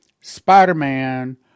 Spider-Man